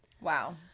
Wow